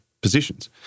positions